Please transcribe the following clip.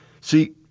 see